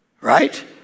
right